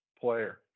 player